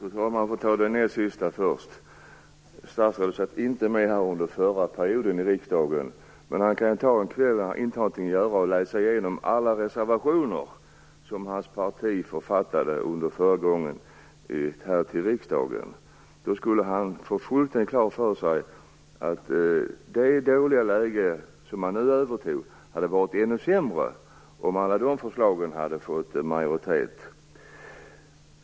Fru talman! Jag skall först tala om det näst sista statsrådet sade. Statsrådet satt inte med här under den förra perioden i riksdagen, men han kan ta en kväll då han inte har något att göra och läsa igenom alla reservationer som hans parti under den tiden författade till riksdagen. Då skall han få fullständigt klart för sig att det dåliga läge som man nu fick överta hade varit ännu sämre om alla de förslagen hade fått majoritet.